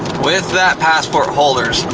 with that, passport holders,